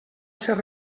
ser